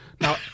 Now